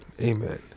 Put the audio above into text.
Amen